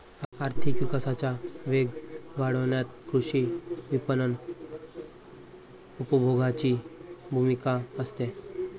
आर्थिक विकासाचा वेग वाढवण्यात कृषी विपणन उपभोगाची भूमिका असते